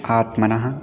आत्मनः